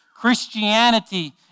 Christianity